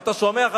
אתה שומע,